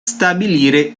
stabilire